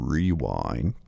Rewind